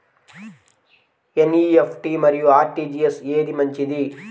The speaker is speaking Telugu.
ఎన్.ఈ.ఎఫ్.టీ మరియు అర్.టీ.జీ.ఎస్ ఏది మంచిది?